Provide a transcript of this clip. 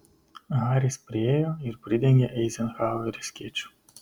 haris priėjo ir pridengė eizenhauerį skėčiu